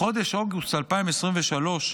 בחודש אוגוסט 2023,